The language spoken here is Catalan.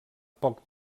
poc